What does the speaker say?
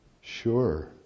Sure